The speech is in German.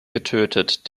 getötet